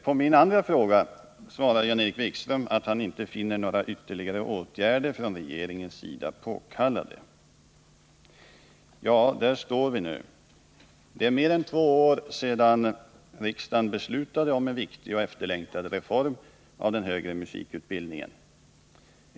På min andra fråga svarar Jan-Erik Wikström att han inte finner några ytterligare åtgärder från regeringens sida påkallade. Där står vi nu. Det är mer än två år sedan riksdagen beslutade om en viktig och efterlängtad reform av den högre musikutbildningen.